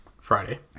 Friday